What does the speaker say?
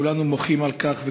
וכולנו מוחים על כך,